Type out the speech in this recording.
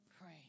Pray